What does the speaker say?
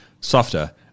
softer